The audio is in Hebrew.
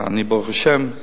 ברוך השם,